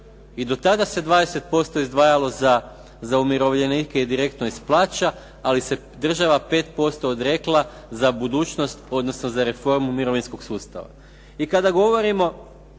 I do tada se 20% izdvajalo za umirovljenike direktno iz plaća, ali se država 5% odrekla za budućnost odnosno za reformu mirovinskog sustava. I kada govorimo